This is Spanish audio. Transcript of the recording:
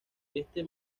este